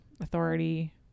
authority